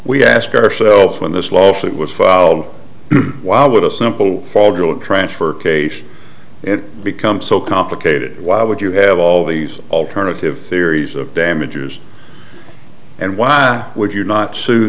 we ask ourselves when this lawsuit was filed why would a simple transfer case it become so complicated why would you have all these alternative theories of damages and why would you not sue